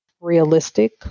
Realistic